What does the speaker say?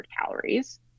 calories